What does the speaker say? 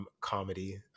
comedy